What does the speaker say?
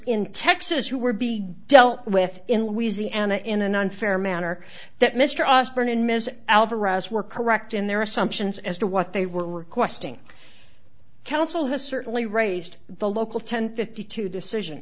in texas who were be dealt with in louisiana in an unfair manner that mr osbourne and ms alvarez were correct in their assumptions as to what they were requesting counsel has certainly raised the local ten fifty two decision